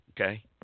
okay